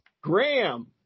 Graham